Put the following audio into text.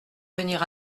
venir